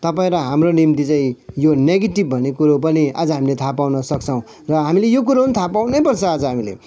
तपाईँ र हाम्रो निम्ति चाहिँ यो नेगेटिभ भन्ने कुरो पनि आज हामीले थाहा पाउन सक्छौँ र हामीले यो कुरो पनि थाहा पाउनै पर्छ आज हामीले